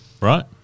Right